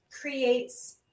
creates